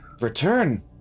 return